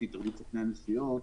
את התאגדות סוכני הנסיעות,